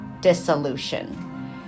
dissolution